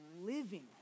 living